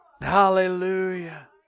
Hallelujah